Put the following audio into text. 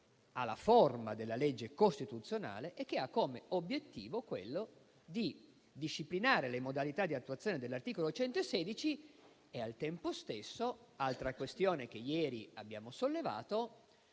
legge costituzionale e ha come obiettivo quello di disciplinare le modalità di attuazione dell'articolo 116 e, al tempo stesso (altra questione che ieri abbiamo sollevato),